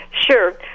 Sure